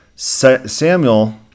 Samuel